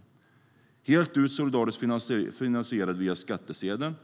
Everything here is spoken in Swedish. Den ska vara helt ut solidariskt finansierad via skattsedeln